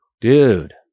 Dude